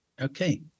Okay